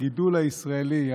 הגידול הישראלי,